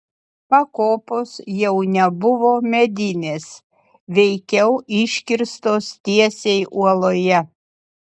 pakopos jau nebuvo medinės veikiau iškirstos tiesiai uoloje